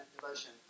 devotion